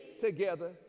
together